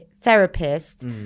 therapist